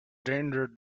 danger